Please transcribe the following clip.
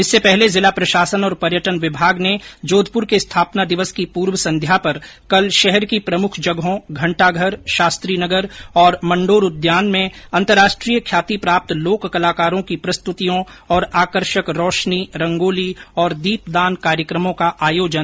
इससे पहले जिला प्रशासन और पर्यटन विभाग ने जोधप्र के स्थापना दिवस की पूर्व संध्या पर कल शहर की प्रमुख जगहों घंटाघर शास्त्रीनगर और मंडोर उद्यान में अंतर्राष्ट्रीय ख्याति प्राप्त लोक कलाकारों की प्रस्तुतियों और आकर्षक रोशनी रंगोली तथा दीपदान कार्यक्रमों का आयोजन किया